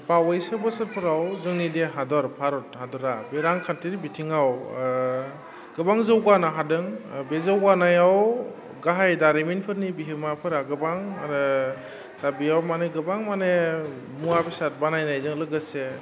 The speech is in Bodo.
बावैसो बोसोरफोराव जोंनि दे हादर भारत हादरा बे रांखान्थिनि बिथिङाव गोबां जौगानो हादों बे जौगानायाव गाहाइ दारिमिनफोरनि बिहोमाफोरा गोबां आरो दा बेयाव माने गोबां माने मुवा बेसाद बानायनायजों लोगोसे